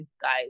guys